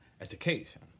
education